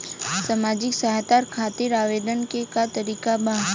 सामाजिक सहायता खातिर आवेदन के का तरीका बा?